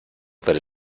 del